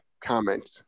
comment